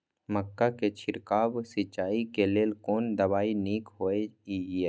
मक्का के छिड़काव सिंचाई के लेल कोन दवाई नीक होय इय?